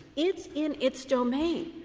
it's in its domain.